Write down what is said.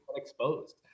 Exposed